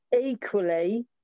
Equally